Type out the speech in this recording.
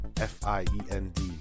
F-I-E-N-D